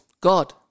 God